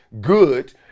good